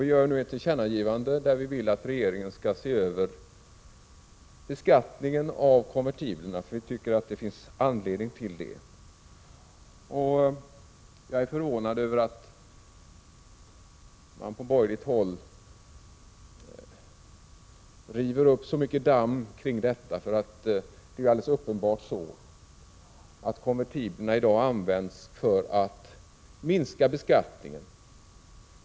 Vi gör ett tillkännagivande där vi vill att regeringen skall se över beskattningen av konvertiblerna. Vi tycker det finns anledning till detta. Jag är förvånad över att man på borgerligt håll river upp så mycket damm kring frågan. Det är alldeles uppenbart att konvertiblerna i dag används för att minska beskattningen.